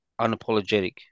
unapologetic